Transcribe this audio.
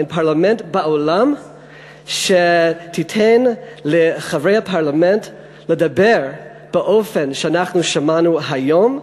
אין פרלמנט בעולם שייתן לחברי הפרלמנט לדבר באופן שאנחנו שמענו היום,